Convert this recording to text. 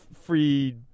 free